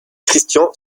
christian